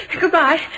Goodbye